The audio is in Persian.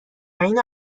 اینو